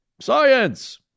Science